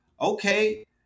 Okay